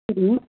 சரி